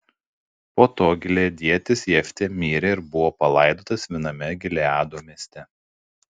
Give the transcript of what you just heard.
po to gileadietis jeftė mirė ir buvo palaidotas viename gileado mieste